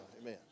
amen